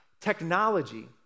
Technology